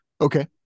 Okay